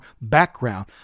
background